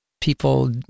people